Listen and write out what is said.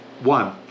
One